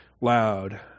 loud